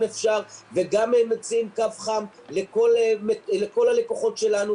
אפשר וגם מציעים קו חם לכל הלקוחות שלנו,